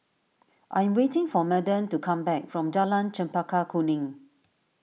I am waiting for Madden to come back from Jalan Chempaka Kuning